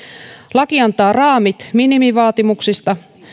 laki antaa raamit minimivaatimuksista